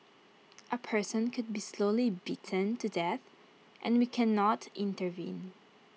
A person could be slowly beaten to death and we cannot intervene